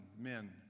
men